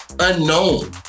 Unknown